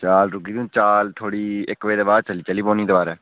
चाल रुकी गेदी चाल थुआढ़ी इक बजे दे बाद चली पौनी दबारै